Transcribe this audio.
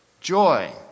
joy